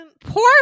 Poor